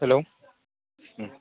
hello